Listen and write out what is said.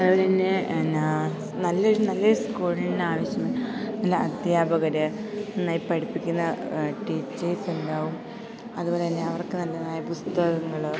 അതുപോലെതന്നെ എന്താണ് നല്ലൊരു നല്ല സ്കൂളിന് ആവശ്യം നല്ല അധ്യാപകര് നന്നായി പഠിപ്പിക്കുന്ന ടീച്ചേഴ്സ് ഉണ്ടാകും അതുപോലെതന്നെ അവർക്ക് നല്ലതായ പുസ്തകങ്ങള്